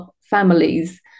families